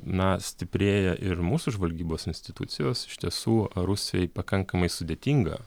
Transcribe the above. na stiprėja ir mūsų žvalgybos institucijos iš tiesų rusijai pakankamai sudėtinga